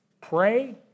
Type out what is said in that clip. Pray